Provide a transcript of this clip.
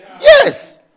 Yes